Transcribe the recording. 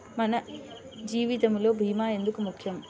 మన జీవితములో భీమా ఎందుకు ముఖ్యం?